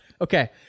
okay